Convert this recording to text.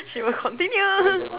she will continue